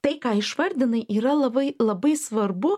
tai ką išvardinai yra labai labai svarbu